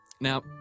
Now